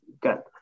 got